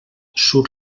surt